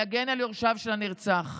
להגן על יורשיו של הנרצח,